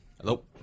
Hello